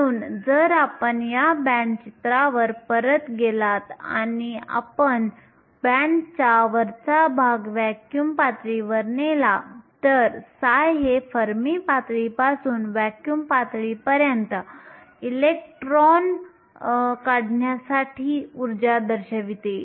म्हणून जर आपण या बँड चित्रावर परत गेलात आणि आपण बँडचा वरचा भाग व्हॅक्यूम पातळीवर नेला तर ψ हे फर्मी पातळीपासून व्हॅक्यूम पातळीपर्यंत इलेक्ट्रॉन काढण्यासाठी ऊर्जा दर्शवते